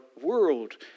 world